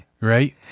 Right